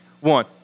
One